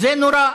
זה נורא,